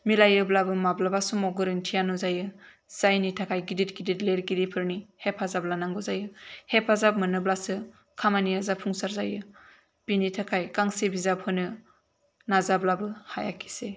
मिलायोब्लाबो माब्लाबा समाव गोरोन्थिआ नुजायो जायनि थाखाय गिदिद गिदिद लिरगिरिफोरनि हेफाजाब लानांगौ जायो हेफाजाब मोनोब्लासो खामानिआ जाफुंसार जायो बिनि थाखाय गांसे बिजाबखौनो नाजाब्लाबो हायाखिसै